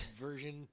version